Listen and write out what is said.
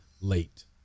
Late